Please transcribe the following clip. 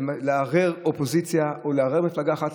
לערער את האופוזיציה או לערער מפלגה אחת.